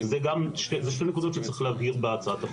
ואלה שתי נקודות שצריך להבהיר בהצעת החוק.